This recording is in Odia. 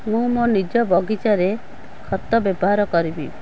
ମୁଁ ମୋ ନିଜ ବଗିଚାରେ ଖତ ବ୍ୟବହାର କରିବି